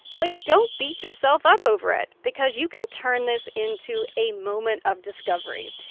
but don't beat yourself up over it because you can turn this into a moment of discovery.